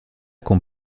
con